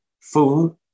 food